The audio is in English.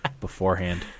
beforehand